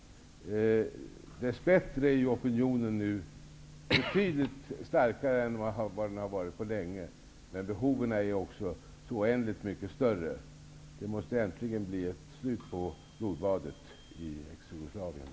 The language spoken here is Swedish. Dess bättre är opinionen betydligt starkare nu än vad den har varit på länge, men behoven är också så oändligt mycket större. Det måste äntligen bli ett slut på blodbadet i Ex-Jugoslavien.